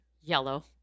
yellow